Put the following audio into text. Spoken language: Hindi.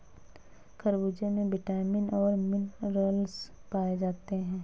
खरबूजे में विटामिन और मिनरल्स पाए जाते हैं